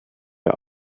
der